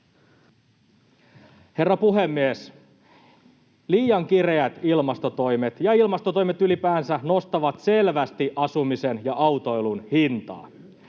Herra puhemies! Liian kireät ilmastotoimet ja ilmastotoimet ylipäänsä nostavat selvästi asumisen ja autoilun hintaa.